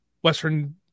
Western